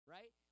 Right